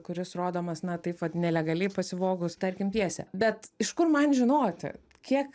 kuris rodomas na taip vat nelegaliai pasivogus tarkim pjesę bet iš kur man žinoti kiek